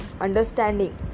understanding